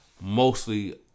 mostly